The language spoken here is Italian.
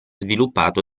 sviluppato